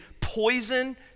poison